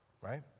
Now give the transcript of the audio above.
right